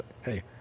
Hey